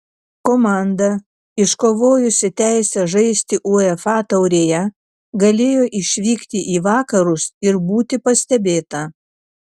komanda iškovojusi teisę žaisti uefa taurėje galėjo išvykti į vakarus ir būti pastebėta